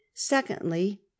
secondly